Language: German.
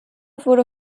wurde